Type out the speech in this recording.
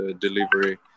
delivery